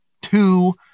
two